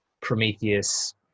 prometheus